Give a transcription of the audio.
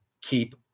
keep